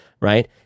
right